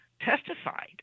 testified